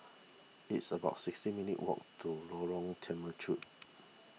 it's about sixty minutes' walk to Lorong Temechut